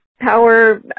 power